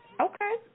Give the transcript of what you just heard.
Okay